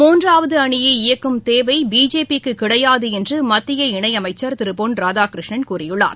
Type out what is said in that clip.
மூன்றாவது அணியை இயக்கும் தேவை பிஜேபிக்கு கிடையாது என்று மத்திய இணை அமைச்சர் திரு பொன் ராதாகிருஷ்ணன் கூறியுள்ளார்